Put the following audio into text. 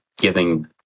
giving